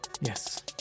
Yes